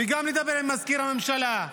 וגם לדבר עם מזכיר הממשלה,